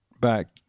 back